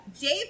Dave